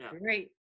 Great